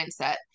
mindset